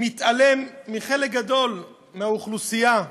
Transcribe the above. מתעלם מחלק גדול מהאוכלוסייה.